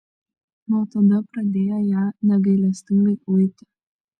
nuo tada pradėjo ją negailestingai uiti